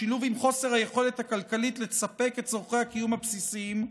בשילוב עם חוסר היכולת הכלכלית לספק את צורכי הקיום הבסיסיים,